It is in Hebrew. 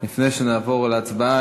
לפני שנעבור להצבעה,